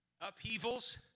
upheavals